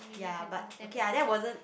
ya but okay ah that wasn't